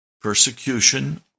persecution